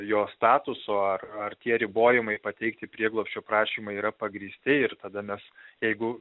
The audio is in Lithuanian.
jo statuso ar ar tie ribojimai pateikti prieglobsčio prašymą yra pagrįsti ir tada mes jeigu